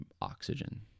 oxygen